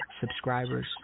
subscribers